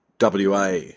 WA